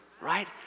right